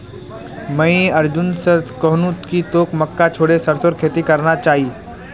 मुई अर्जुन स कहनु कि तोक मक्का छोड़े सरसोर खेती करना चाइ